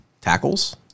tackles